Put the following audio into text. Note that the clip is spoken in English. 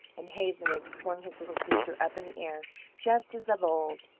and hazen had swung his little sister up in the air just as of old.